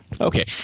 Okay